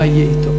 מה יהיה אתו?